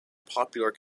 popular